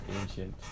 ancient